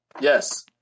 Yes